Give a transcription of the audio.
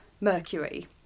mercury